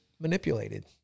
manipulated